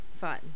fun